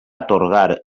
atorgar